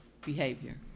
behavior